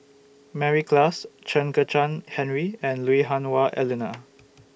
Mary Klass Chen Kezhan Henri and Lui Hah Wah Elena